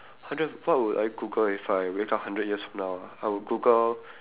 hundred what would I Google if I wake up hundred years from now ah I would Google